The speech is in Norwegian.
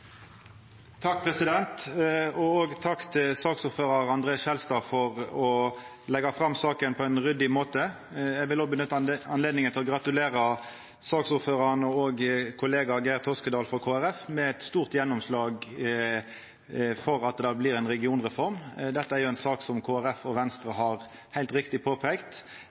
Takk til saksordførar André N. Skjelstad for å leggja fram saka på ein ryddig måte. Eg vil òg nytta anledninga til å gratulera saksordførar og kollega Geir Sigbjørn Toskedal frå Kristeleg Folkeparti med eit stort gjennomslag for at det blir ei regionreform. Dette er jo ei sak som Kristeleg Folkeparti og Venstre, heilt riktig påpeikt,